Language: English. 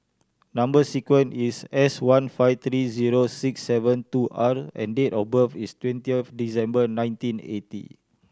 number sequence is S one five three zero six seven two R and date of birth is twenty of December nineteen eighty